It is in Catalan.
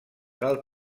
del